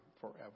forever